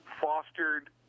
fostered